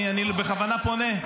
אני בכוונה פונה.